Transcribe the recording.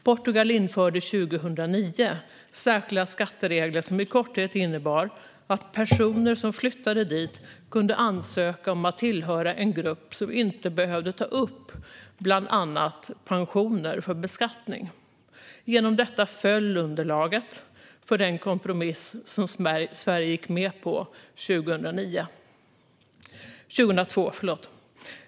Portugal införde 2009 särskilda skatteregler, som i korthet innebar att personer som flyttade dit kunde ansöka om att tillhöra en grupp som inte behövde ta upp bland annat pensioner för beskattning. Genom detta föll underlaget för den kompromiss som Sverige gick med på 2002.